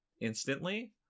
instantly